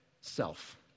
self